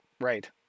Right